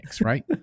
right